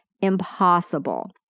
impossible